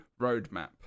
roadmap